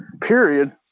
period